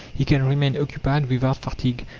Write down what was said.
he can remain occupied without fatigue,